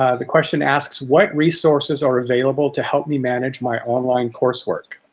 ah the question asks what resources are available to help me manage my online coursework?